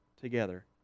together